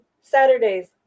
Saturdays